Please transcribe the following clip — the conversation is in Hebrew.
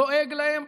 לועג להם,